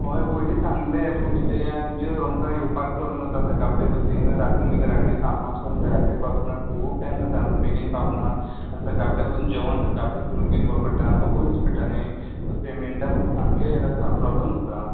होय पयलींत सांगिल्लें पूण कितें आत तुमचे आमकां येवपाक प्रॉब्लम जाता सकाळ फुडें बसीन रातीन बी घरा कडेन कामासान घरा कडेन पावता म्हणळ्यार खूब टायम जाता आमी बेगीन पावना सकाळ फुडें पसून जेवण सकाळ फुडें घेवून येवपा पडटा म्हाका पयस पडटा न्ही सो पेमॅण्टा म्हाका सामको प्रॉब्लम जाता